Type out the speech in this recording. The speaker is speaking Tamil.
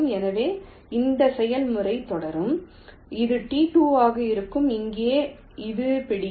எனவே இந்த செயல்முறை தொடரும் இது T2 ஆக இருக்கும் இங்கே இது பிடிக்கும்